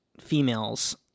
females